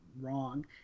wrong